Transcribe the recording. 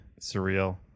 surreal